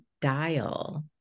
dial